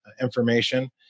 information